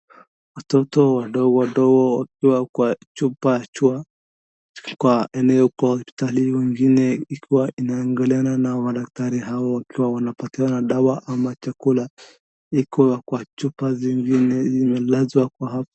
Watoto wadogo, wadogo wakiwa kwa chumba cha, kwa eneo kwa hospitalini ingine ikiwa inaangaliana na madaktari hao wakiwa wanapatiana dawa ama chakula ikiwa kwa chupa zingine imelazwa kwa hapo.